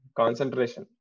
concentration